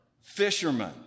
fishermen